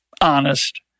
honest